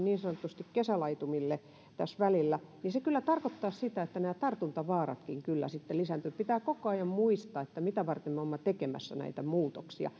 niin sanotusti kesälaitumille tässä välillä niin se kyllä tarkoittaisi sitä että nämä tartuntavaaratkin kyllä sitten lisääntyisivät että pitää koko ajan muistaa mitä varten me olemme tekemässä näitä muutoksia